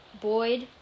Boyd